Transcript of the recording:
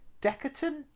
Decadent